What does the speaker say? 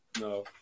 No